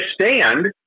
stand